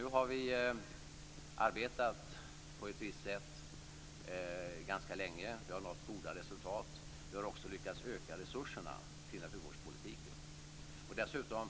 Nu har vi arbetat på ett visst sätt ganska länge. Vi har nått goda resultat. Vi har också lyckats öka resurserna till naturvårdspolitiken.